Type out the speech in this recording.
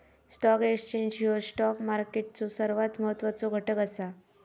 stock exchange ह्यो stock मार्केटचो सर्वात महत्वाचो घटक असा